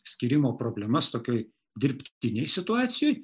skyrimo problemas tokioj dirbtinėj situacijoj